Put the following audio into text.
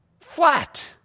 Flat